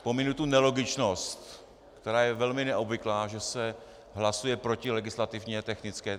Pominu tím nelogičnost, která je velmi neobvyklá, že se hlasuje proti legislativně technické.